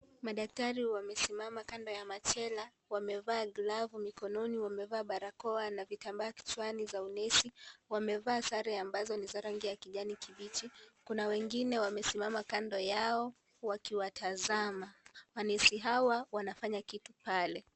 Madaktari wamesimama kando ya machela wamevaa glavu mikononi, wamevaa barakoa na vitambaa kichwani za unesi wamevaa sare ambazo ni za rangi ya kijani kibichi kuna wengine wamesimama kando yao wakiwatazama, manesi hawa wanafanya kitu pale.